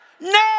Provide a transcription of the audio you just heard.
No